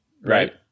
right